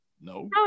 No